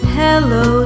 hello